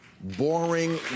Boring